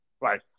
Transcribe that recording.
Right